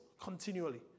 continually